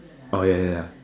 ah ya ya ya